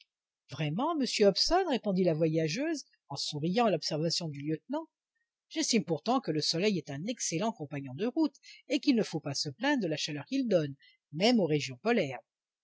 vraiment monsieur hobson répondit la voyageuse en souriant à l'observation du lieutenant j'estime pourtant que le soleil est un excellent compagnon de route et qu'il ne faut pas se plaindre de la chaleur qu'il donne même aux régions polaires